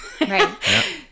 right